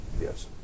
Yes